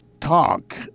talk